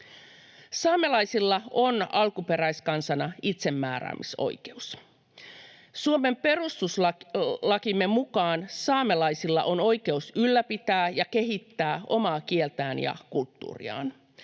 Saamelaisilla on alkuperäiskansana itsemääräämisoikeus. Perustuslakimme mukaan saamelaisilla on oikeus ylläpitää ja kehittää omaa kieltään ja kulttuuriaan.